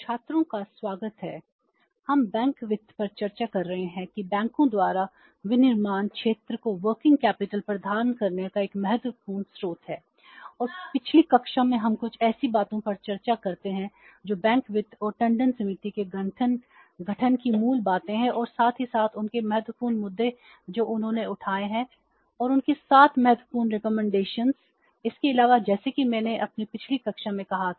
छात्रों का स्वागत करते हैं हम बैंक वित्त पर चर्चा कर रहे हैं कि बैंकों द्वारा विनिर्माण क्षेत्र को वर्किंग कैपिटल इसके अलावा जैसा कि मैंने अपनी पिछली कक्षा में कहा था